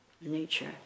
nature